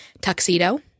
tuxedo